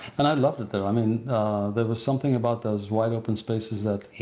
and i loved it there. i mean there was something about those wide open spaces that,